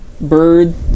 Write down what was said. bird